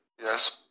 Yes